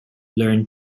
learned